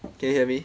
can you hear me